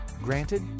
granted